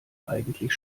eigentlich